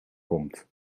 komt